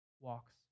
walks